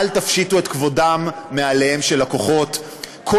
פשוט תנו